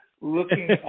looking